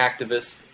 activists